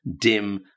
dim